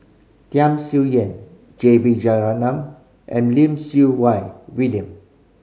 Tham Sien Yen J B Jeyaretnam and Lim Siew Wai William